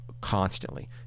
constantly